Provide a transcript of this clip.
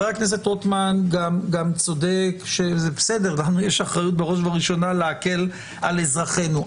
הוא גם צודק שלנו יש אחריות בראש ובראשונה להקל על אזרחינו,